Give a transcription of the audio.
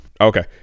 Okay